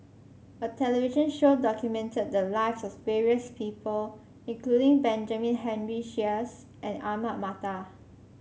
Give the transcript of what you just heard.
a television show documented the lives of various people including Benjamin Henry Sheares and Ahmad Mattar